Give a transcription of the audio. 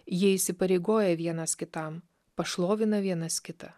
jie įsipareigoja vienas kitam pašlovina vienas kitą